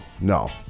no